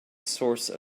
source